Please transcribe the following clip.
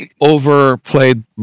overplayed